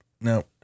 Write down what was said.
No